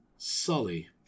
Sully